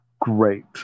Great